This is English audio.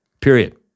period